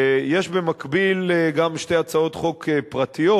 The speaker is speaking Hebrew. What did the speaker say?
יש במקביל גם שתי הצעות חוק פרטיות